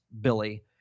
Billy